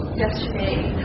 yesterday